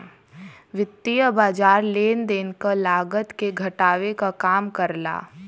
वित्तीय बाज़ार लेन देन क लागत के घटावे क काम करला